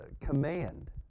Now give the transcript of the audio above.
command